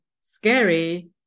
scary